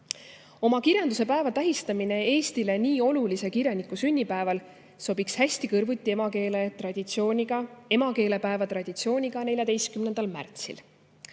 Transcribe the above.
Oma kirjanduse päeva tähistamine Eestile nii olulise kirjaniku sünniaastapäeval sobiks hästi kõrvuti emakeelepäeva traditsiooniga 14. märtsil.